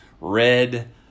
red